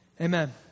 amen